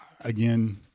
Again